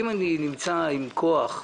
אם הוועדה נמצאת עם כוח,